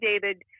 David